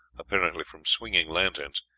apparently from swinging lanterns,